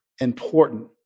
important